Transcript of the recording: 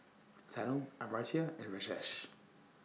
Sanal Amartya and Rajesh